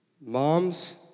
moms